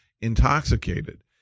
intoxicated